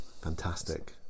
Fantastic